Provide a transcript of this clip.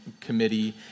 committee